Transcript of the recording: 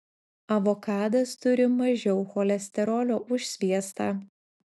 avokadas turi mažiau cholesterolio už sviestą